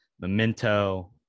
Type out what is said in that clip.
Memento